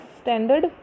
standard